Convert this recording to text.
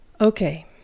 Okay